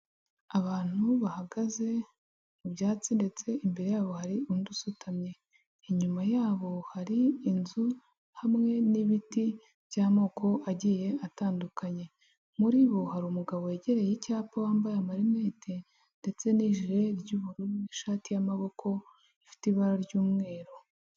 Abantu bahagaze mu byatsi ndetse imbere yabo hari undi usutamye, inyuma yabo hari inzu hamwe n'ibiti by'amoko agiye atandukanye, muri bo hari umugabo wegereye icyapa wambaye amarinete ndetse n'ijire ry'ubururu n'ishati y'amaboko ifite ibara ry'umweru.